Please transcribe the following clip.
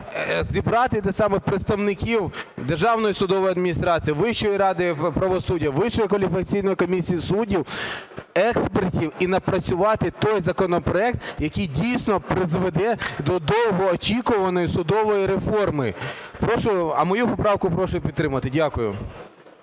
самих представників Державної судової адміністрації, Вищої ради правосуддя, Вищої кваліфікаційної комісії суддів, експертів і напрацювати той законопроект, який дійсно призведе до довгоочікуваної судової реформи? А мою поправку прошу підтримати. Дякую.